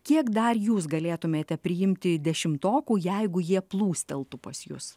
kiek dar jūs galėtumėte priimti dešimtokų jeigu jie plūsteltų pas jus